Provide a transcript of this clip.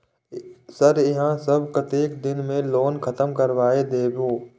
Sir यहाँ सब कतेक दिन में लोन खत्म करबाए देबे?